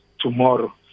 tomorrow